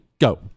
Go